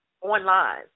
online